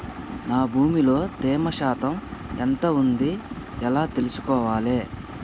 నా భూమి లో తేమ శాతం ఎంత ఉంది ఎలా తెలుసుకోవాలే?